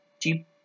cheap